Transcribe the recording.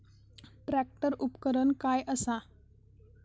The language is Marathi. ट्रॅक्टर उपकरण काय असा?